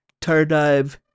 tardive